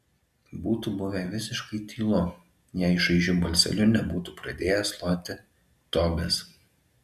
būtų buvę visiškai tylu jei šaižiu balseliu nebūtų pradėjęs loti togas